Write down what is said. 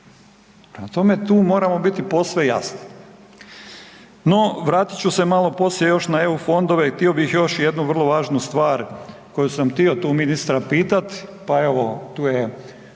tome tu moramo biti posve jasni. No, vratit ću se malo poslije još na EU i htio bih još jednu vrlo važnu stvar koju sam htio tu ministra pitati, pa evo tu je